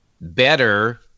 better